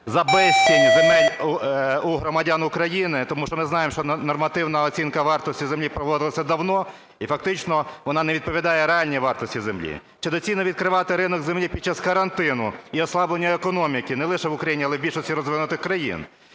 за безцінь земель у громадян України? Тому що ми знаємо, що нормативна оцінка вартості землі проводилася давно і фактично вона не відповідає реальній вартості землі. Чи доцільно відкривати ринок землі під час карантину і ослаблення економіки не лише в Україні, але в більшості розвинутих країн?